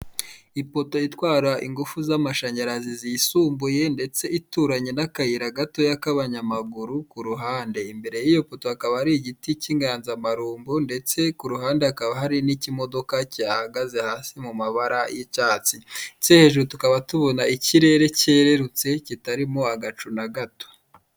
Ipoto itwara ingufu z'amashanyarazi zisumbuye ndetse ituranye n'akayira gato k'abanyamaguru, ku ruhande imbere y'iyo poto hakaba hari n'ikimodoka kihahagaze hasi mu mabara y'icyatsi, ndetse hejuru tukaba tubona ikirere kererutse kitarimo agacu na gato.